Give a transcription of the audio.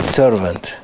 servant